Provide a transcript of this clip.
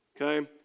Okay